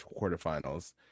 quarterfinals